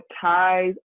ties